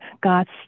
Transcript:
God's